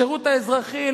השירות האזרחי,